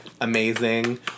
Amazing